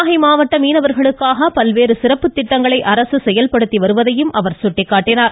நாகை மாவட்ட மீனவர்களுக்காக பல்வேறு சிறப்பு திடடங்களை அரசு செயல்படுத்தி வருவதையும் முதலமைச்சர் சுட்டிக்காட்டினார்